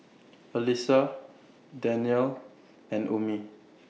Alyssa Daniel and Ummi